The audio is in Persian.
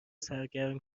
سرگرم